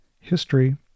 history